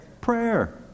Prayer